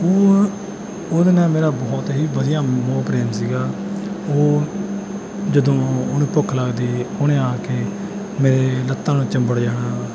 ਉਹ ਉਹਦੇ ਨਾਲ ਮੇਰਾ ਬਹੁਤ ਹੀ ਵਧੀਆ ਮੋਹ ਪ੍ਰੇਮ ਸੀਗਾ ਉਹ ਜਦੋਂ ਉਹਨੂੰ ਭੁੱਖ ਲੱਗਦੀ ਉਹਨੇ ਆ ਕੇ ਮੇਰੇ ਲੱਤਾਂ ਨੂੰ ਚਿੰਬੜ ਜਾਣਾ